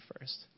first